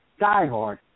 diehard